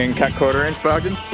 and cut quarter-inch bogdan?